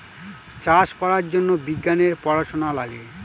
চাষ করার জন্য বিজ্ঞানের পড়াশোনা লাগে